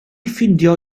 ffeindio